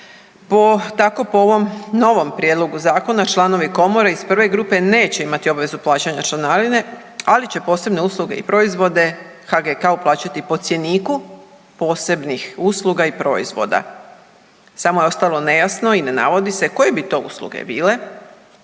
Tako po ovom novom Prijedlogu zakona članovi komore iz 1. grupe neće imati obvezu plaćanja članarine, ali će posebne usluge i proizvode HGK-u plaćati po cjeniku posebnih usluga i proizvoda. Samo je ostalo nejasno i ne navodi se koji bi to usluge bile